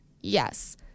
Yes